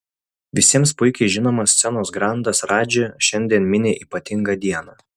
visiems puikiai žinomas scenos grandas radži šiandien mini ypatingą dieną